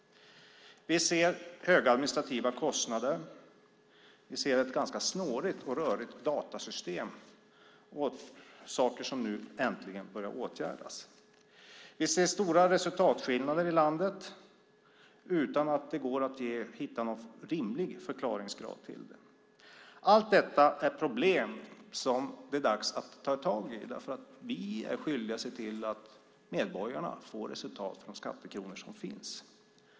Vi ser höga administrativa kostnader och ett ganska snårigt och rörigt datasystem, men det är saker som nu äntligen börjar åtgärdas. Vi ser stora resultatskillnader i landet utan att det går att hitta någon rimlig förklaringsgrad till det. Allt detta är problem som det är dags att ta tag i, för vi är skyldiga att se till att medborgarna får resultat för de skattekronor som finns.